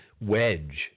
wedge